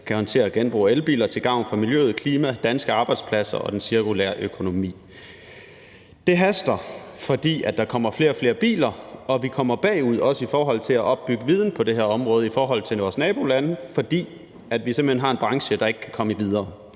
kan håndtere genbrug af elbiler til gavn for miljøet, klimaet og danske arbejdspladser og den cirkulære økonomi. Det haster, fordi der kommer flere og flere biler og vi kommer bagefter i forhold til vores nabolande, når det gælder at opbygge viden på det her område, fordi vi simpelt hen har en branche, der ikke kan komme videre.